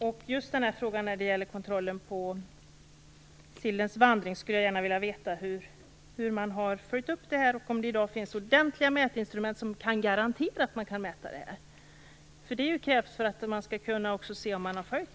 Jag skulle gärna vilja veta hur man har följt upp kontrollen av sillens vandring och om det i dag finns ordentliga mätinstrument som garanterar att man kan mäta det här. Det är en förutsättning för att man skall kunna se om kraven har följts.